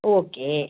okay